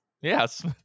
Yes